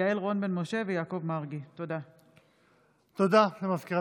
יעל רון בן משה ויעקב מרגי בנושא: התורים הארוכים לבדיקות